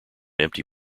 empty